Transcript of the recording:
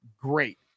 Great